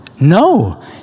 No